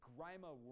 Grima